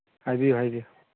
ꯍꯥꯏꯕꯤꯌꯨ ꯍꯥꯏꯕꯤꯌꯨ